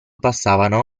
passavano